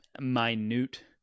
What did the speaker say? minute